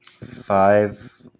Five